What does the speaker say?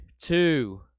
two